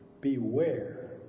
Beware